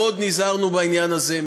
מאוד נזהרנו בעניין הזה.